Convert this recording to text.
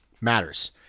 matters